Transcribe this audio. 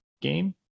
game